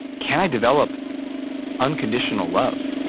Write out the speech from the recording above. can i develop unconditional love?